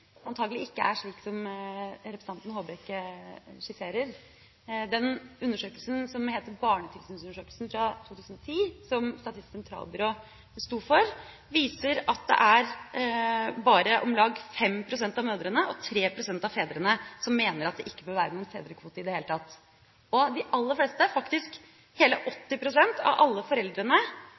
ikke er slik som representanten Håbrekke skisserer. Den undersøkelsen som heter Barnetilsynsundersøkelsen for 2010, som Statistisk sentralbyrå sto for, viser at det er bare om lag 5 pst. av mødrene og 3 pst. av fedrene som mener at det ikke bør være noen fedrekvote i det hele tatt. De aller fleste – faktisk hele 80 pst. av alle foreldrene